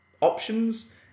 options